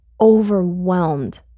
overwhelmed